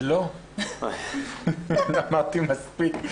לא, אני שמעתי מספיק.